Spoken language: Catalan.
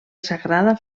sagrada